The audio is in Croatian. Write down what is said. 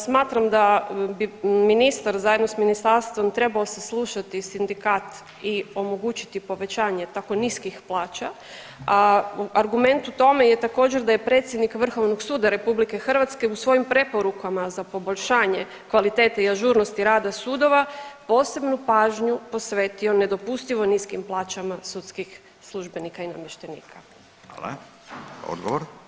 Smatram da bi ministar zajedno sa ministarstvom trebao saslušati sindikat i omogućiti povećanje tako niskih plaća, a argument u tome je također da je predsjednik Vrhovnog suda Republike Hrvatske u svojim preporukama za poboljšanje kvalitete i ažurnosti rada sudova posebnu pažnju posvetio nedopustivo niskim plaćama sudskih službenika i namještenika.